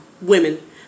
women